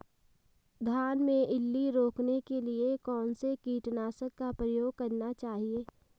धान में इल्ली रोकने के लिए कौनसे कीटनाशक का प्रयोग करना चाहिए?